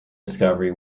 discovery